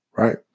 Right